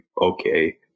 okay